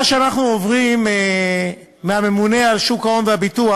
מה שאנחנו עוברים מהממונה על שוק ההון והביטוח,